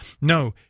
no